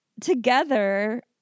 together